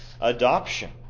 adoption